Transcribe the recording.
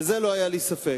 בזה לא היה לי ספק.